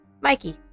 Mikey